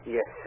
Yes